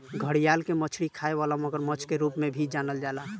घड़ियाल के मछरी खाए वाला मगरमच्छ के रूप में भी जानल जाला